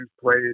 played